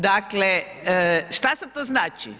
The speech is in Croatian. Dakle, što sad to znači.